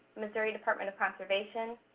missouri department of conservation,